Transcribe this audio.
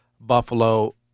Buffalo